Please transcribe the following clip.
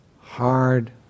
hard